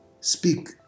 speak